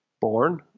born